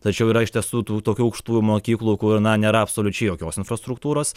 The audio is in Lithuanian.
tačiau yra iš tiesų tų tokių aukštųjų mokyklų kur na nėra absoliučiai jokios infrastruktūros